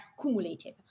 cumulative